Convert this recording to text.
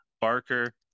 barker